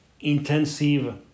intensive